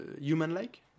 human-like